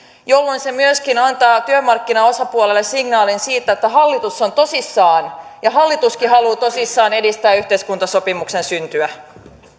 jolloin se myöskin antaa työmarkkinaosapuolille signaalin siitä että hallitus on tosissaan ja hallituskin haluaa tosissaan edistää yhteiskuntasopimuksen syntyä